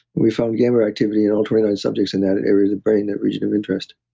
we found gamer activity in all twenty nine subjects in that area of the brain, that region of interest,